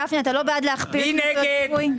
גפני, אתה לא בעד להכפיל את נקודות הזיכוי?